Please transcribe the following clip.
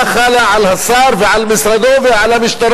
בעד איילת שקד,